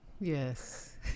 yes